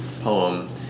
poem